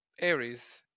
Aries